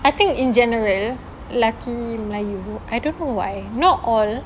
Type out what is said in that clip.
I think in general lelaki melayu I don't know why not all